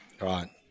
Right